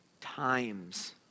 times